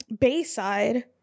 Bayside